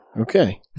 Okay